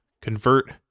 convert